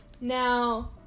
Now